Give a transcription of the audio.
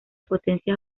potencias